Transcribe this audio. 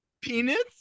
Peanuts